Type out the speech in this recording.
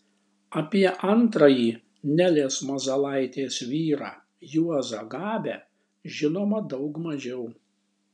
apie antrąjį nelės mazalaitės vyrą juozą gabę žinoma daug mažiau